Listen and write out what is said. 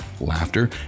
laughter